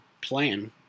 plan